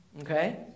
okay